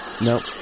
Nope